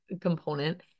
component